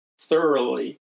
thoroughly